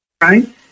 Right